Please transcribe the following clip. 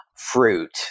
fruit